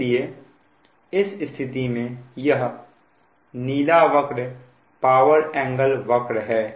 इसलिए इस स्थिति में यह नीला वक्र पावर एंगल वक्र है